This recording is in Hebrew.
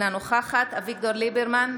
אינה נוכחת אביגדור ליברמן,